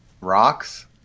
Rocks